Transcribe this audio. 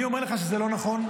אני אומר לך שזה לא נכון,